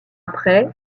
après